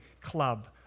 club